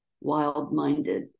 wild-minded